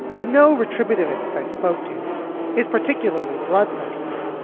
but no retributive us. i spoke to is particularly bloodthirsty.